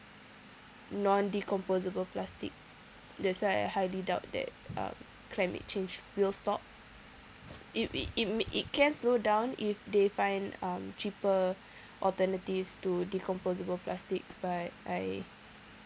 non decomposable plastic that's why I highly doubt that uh climate change will stop it w~ it m~ it can slow down if they find um cheaper alternatives to decomposable plastic but I